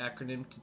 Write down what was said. acronym